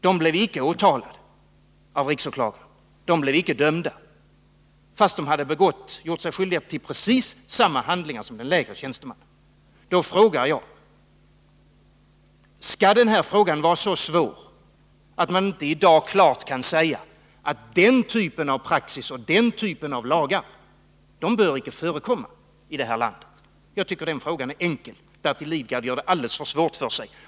De blev icke åtalade av riksåklagaren, de blev icke dömda, fastän de hade gjort sig skyldiga till precis samma handling som den lägre tjänstemannen. Skall den här frågan vara så svår att man inte i dag klart kan säga att den typen av praxis och den typen av lagar icke bör förekomma här i landet? Jag tycker den frågan är enkel. Bertil Lidgard gör det alldeles för svårt för sig.